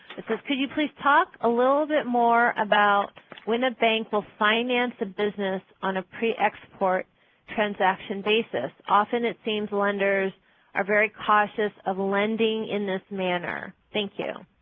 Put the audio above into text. it says, could you please talk a little bit more about when a bank will finance a business on a pre-export transaction basis? often, it seems lenders are very cautious of lending in this manner. thank you.